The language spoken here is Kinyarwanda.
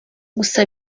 gusa